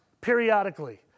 periodically